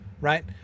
Right